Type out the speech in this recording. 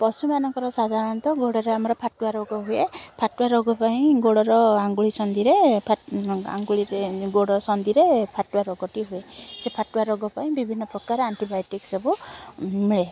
ପଶୁମାନଙ୍କର ସାଧାରଣତଃ ଗୋଡ଼ରେ ଆମର ଫାଟୁଆ ରୋଗ ହୁଏ ଫାଟୁଆ ରୋଗ ପାଇଁ ଗୋଡ଼ର ଆଙ୍ଗୁଳି ସନ୍ଧିରେ ଆଙ୍ଗୁଳିରେ ଗୋଡ଼ ସନ୍ଧିରେ ଫାଟୁଆ ରୋଗଟି ହୁଏ ସେ ଫାଟୁଆ ରୋଗ ପାଇଁ ବିଭିନ୍ନ ପ୍ରକାର ଆଣ୍ଟିବାୟୋଟିକ୍ ସବୁ ମିଳେ